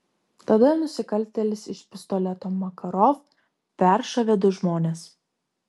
tada nusikaltėlis iš pistoleto makarov peršovė du žmones